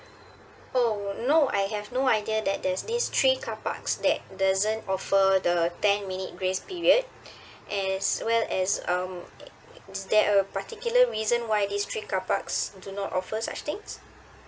oh no I have no idea that there's these three car parks that doesn't offer the ten minute grace period as well as um is there a particular reason why these three carparks do not offer such things